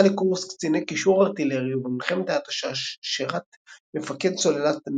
יצא לקורס קציני קישור ארטילרי ובמלחמת ההתשה שירת מפקד סוללת